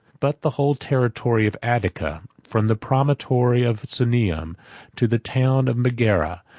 but the whole territory of attica, from the promontory of sunium to the town of megara,